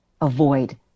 avoid